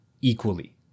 equally